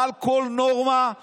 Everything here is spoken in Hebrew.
מעל כל נורמה,